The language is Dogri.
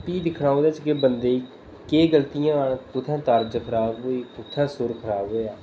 भी दिक्खना ओह्दे च कि बंदे गी केह् गलतियां न कुत्थै तर्ज खराब होई ते कुत्थै सुर खराब होआ